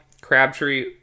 Crabtree